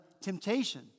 temptation